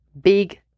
big